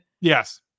yes